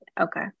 Okay